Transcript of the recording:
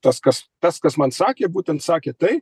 tas kas tas kas man sakė būtent sakė tai